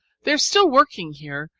they are still working here,